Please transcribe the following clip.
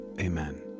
Amen